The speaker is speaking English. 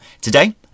today